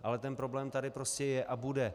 Ale ten problém tady prostě je a bude.